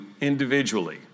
individually